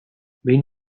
behin